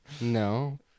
No